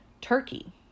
Turkey